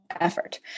effort